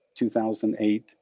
2008